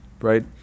right